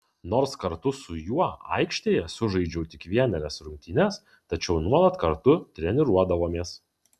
nors kartu su juo aikštėje sužaidžiau tik vienerias rungtynes tačiau nuolat kartu treniruodavomės